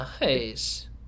Nice